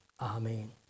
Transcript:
Amen